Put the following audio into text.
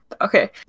okay